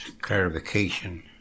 clarification